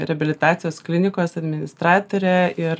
reabilitacijos klinikos administratore ir